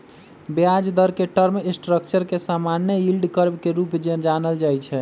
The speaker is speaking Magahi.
ब्याज दर के टर्म स्ट्रक्चर के समान्य यील्ड कर्व के रूपे जानल जाइ छै